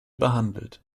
behandelt